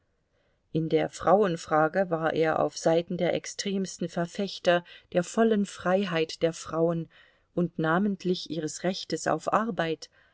in der frauenfrage war er auf seiten der extremsten verfechter der vollen freiheit der frauen und namentlich ihres rechtes auf arbeit